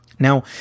Now